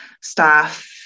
staff